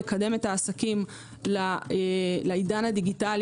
לקדם את העסקים לעידן הדיגיטלי.